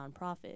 nonprofit